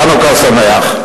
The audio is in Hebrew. חנוכה שמח.